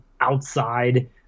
outside